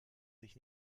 sich